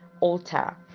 alter